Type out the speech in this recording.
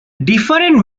different